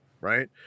right